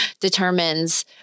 determines